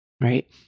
right